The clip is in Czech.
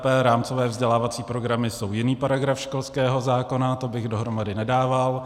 RVP, rámcové vzdělávací programy, jsou jiný paragraf školského zákona, to bych dohromady nedával.